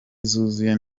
zuzuye